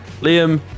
Liam